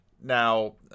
Now